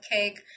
Cake